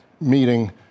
meeting